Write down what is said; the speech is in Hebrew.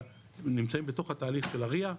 נמצאים בתוך התהליך של הראייה,